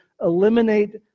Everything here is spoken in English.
eliminate